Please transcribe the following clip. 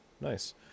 nice